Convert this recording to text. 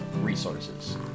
resources